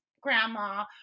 grandma